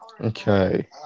Okay